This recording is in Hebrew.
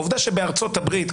העובדה שבארצות הברית,